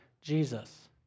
Jesus